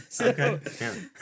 Okay